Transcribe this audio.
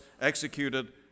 executed